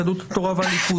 יהדות התורה והליכוד.